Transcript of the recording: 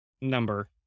number